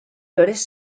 flores